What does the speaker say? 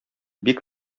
бик